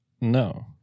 No